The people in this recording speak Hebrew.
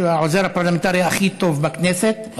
שהוא העוזר הפרלמנטרי הכי טוב בכנסת,